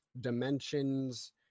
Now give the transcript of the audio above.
dimensions